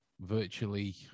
virtually